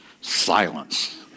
silence